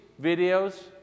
videos